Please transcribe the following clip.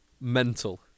mental